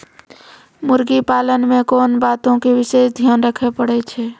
मुर्गी पालन मे कोंन बातो के विशेष ध्यान रखे पड़ै छै?